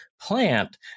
plant